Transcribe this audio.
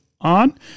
on